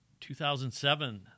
2007